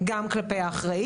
גם כלפי האחראית,